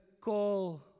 call